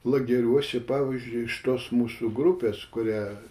lageriuose pavyzdžiui iš tos mūsų grupės kurią